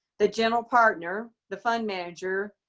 the general partner, the fund manager,